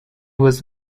was